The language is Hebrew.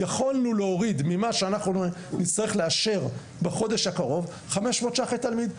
יכולנו להוריד ממה שאנחנו נצטרך לאשר בחודש הקרוב 500 ש"ח לתלמיד.